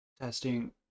testing